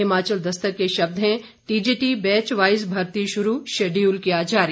हिमाचल दस्तक के शब्द हैं टीजीटी बैचवाइज़ भर्ती शुरू शेड्यूल किया जारी